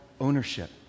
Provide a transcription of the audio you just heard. ownership